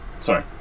sorry